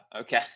okay